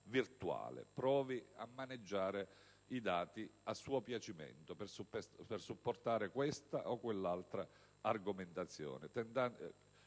provi a maneggiare i dati a suo piacimento per supportare questa o quell'altra argomentazione,